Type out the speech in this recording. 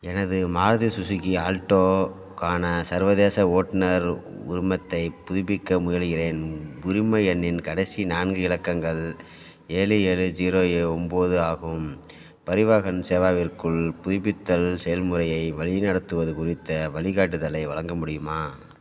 எனது Maruti Suzuki Alto க்கான சர்வதேச ஓட்டுநர் உரிமத்தைப் புதுப்பிக்க முயலுகிறேன் உரிம எண்ணின் கடைசி நான்கு இலக்கங்கள் ஏழு ஏழு ஜீரோ ஏ ஒம்போது ஆகும் பரிவாஹன் சேவாவிற்குள் புதுப்பித்தல் செயல்முறையை வழிநடத்துவது குறித்த வழிகாட்டுதலை வழங்க முடியுமா